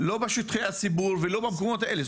לא בשטחי הציבור ולא במקומות האלה.